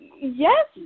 Yes